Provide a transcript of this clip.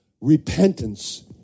repentance